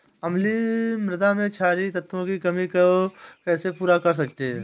अम्लीय मृदा में क्षारीए तत्वों की कमी को कैसे पूरा कर सकते हैं?